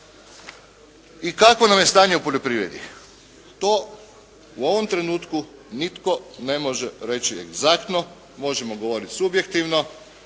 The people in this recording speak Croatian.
I kakvo nam je stanje u poljoprivredi? To u ovom trenutku nitko ne može reći egzaktno, možemo govoriti subjektivno